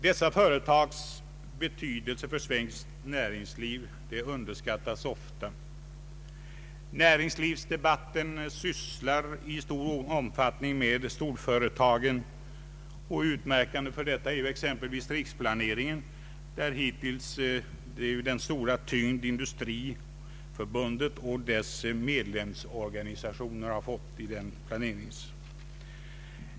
Dessa företags betydelse för svenskt näringsliv underskattas ofta. Näringslivsdebatten rör i stor utsträckning storföretagen. Utmärkande härför är exempelvis riksplaneringen, där hittills Industriförbundet och dess medlemsorganisationer tillmäts stor betydelse.